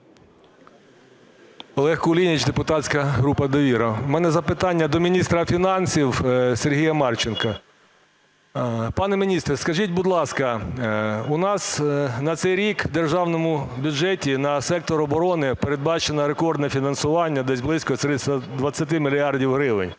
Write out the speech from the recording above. Олег Кулініч, депутатська група "Довіра". У мене запитання до міністра фінансів Сергія Марченка. Пане міністре, скажіть, будь ласка, у нас на цей рік у Державному бюджеті на сектор оборони передбачено рекордне фінансування – десь близько 20 мільярдів гривень.